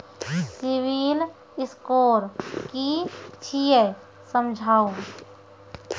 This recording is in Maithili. सिविल स्कोर कि छियै समझाऊ?